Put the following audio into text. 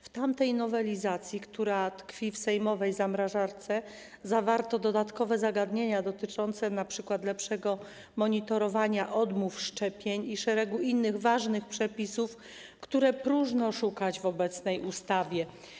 W tamtej nowelizacji, która tkwi w sejmowej zamrażarce, zawarto dodatkowe regulacje dotyczące np. lepszego monitorowania odmów szczepień i szereg innych ważnych przepisów, których próżno szukać w obecnej ustawie.